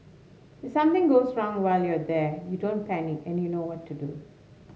if something goes wrong while you're there you don't panic and you know what to do